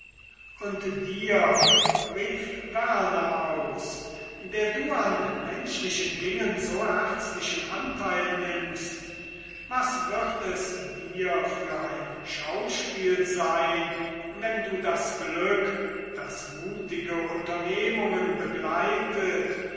und dir rief werner aus der du an menschlichen dingen so herzlichen anteil nimmst was wird es dir für ein schauspiel sein wenn du das glück das mutige unternehmungen begleitet